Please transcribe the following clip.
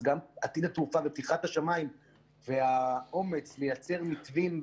גם עתיד התעופה ופתיחת השמיים והאומץ לייצר מתווים,